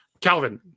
Calvin